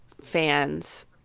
fans